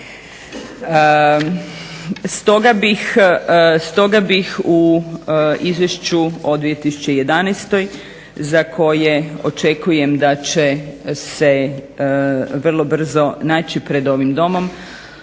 Stoga bih u Izvješću od 2011. za koje očekujem da će se vrlo brzo naći pred ovim Domom